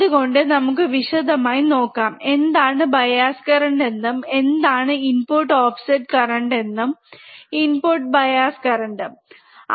അതുകൊണ്ട് നമുക്ക് വിശദമായി നോക്കാം എന്താണ് ബയാസ് കറന്റ് എന്നും എന്താണ് ഇൻപുട് ഓഫസറ്റ് കറന്റ് ഉം ഇൻപുട് ബയാസ് കറണ്ടും